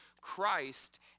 Christ